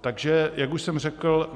Takže jak už jsem řekl,